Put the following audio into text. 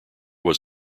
was